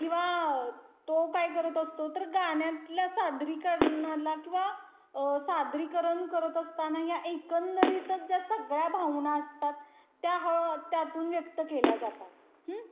किंवा तो काय करत असतो तर गाण्यातल्या सादरीकरणाला किंवा सादरीकरण करत असताना ह्या एकंदरीतच ज्या सगळ्या भावना असतात त्या हवा त्यातून व्यक्त केल्या जातात